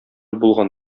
булган